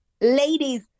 Ladies